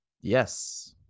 Yes